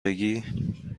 بگی